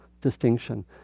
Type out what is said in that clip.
distinction